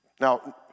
now